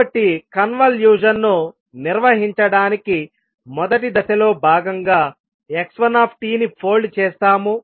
కాబట్టి కన్వల్యూషన్ ను నిర్వహించడానికి మొదటి దశలో భాగంగా x1tని ఫోల్డ్ చేస్తాము